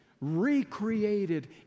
recreated